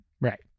right